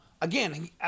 again